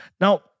Now